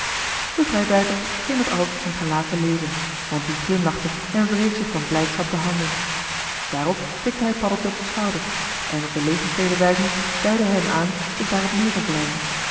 de vrijbuiter scheen dat alles op zijn gelaat te lezen want die glimlachte en wreef zich van blijdschap de handen daarop tikte hij paddeltje op den schouder en op de legerstede wijzend duidde hij hem aan zich daarop neer te